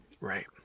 Right